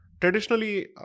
Traditionally